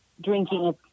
drinking